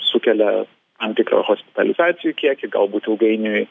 sukelia tam tikrą hospitalizacijų kiekį galbūt ilgainiui